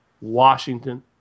Washington